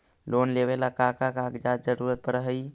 Loan लेवेला का का कागजात जरूरत पड़ हइ?